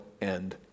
end